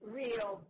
real